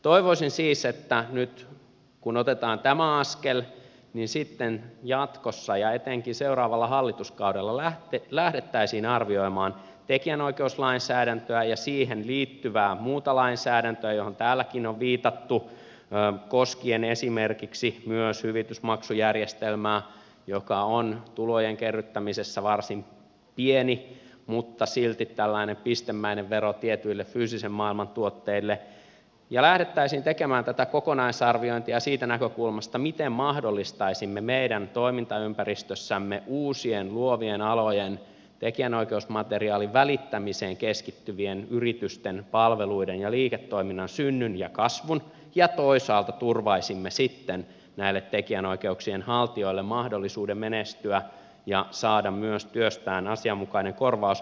toivoisin siis että kun nyt otetaan tämä askel niin sitten jatkossa ja etenkin seuraavalla hallituskaudella lähdettäisiin arvioimaan tekijänoikeuslainsäädäntöä ja siihen liittyvää muuta lainsäädäntöä johon täälläkin on viitattu koskien esimerkiksi myös hyvitysmaksujärjestelmää joka on tulojen kerryttämisessä varsin pieni mutta silti tällainen pistemäinen vero tietyille fyysisen maailman tuotteille ja lähdettäisiin tekemään tätä kokonaisarviointia siitä näkökulmasta miten mahdollistaisimme meidän toimintaympäristössämme uusien luovien alojen tekijänoikeusmateriaalin välittämiseen keskittyvien yritysten palveluiden ja liiketoiminnan synnyn ja kasvun ja toisaalta turvaisimme sitten näille tekijänoikeuksien haltijoille mahdollisuuden menestyä ja saada myös työstään asianmukaisen korvauksen